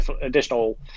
additional